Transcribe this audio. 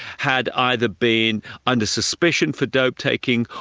had either been under suspicion for dope taking,